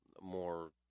more